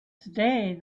today